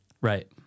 Right